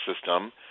system